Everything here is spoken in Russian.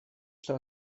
что